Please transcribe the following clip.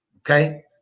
Okay